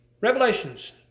Revelations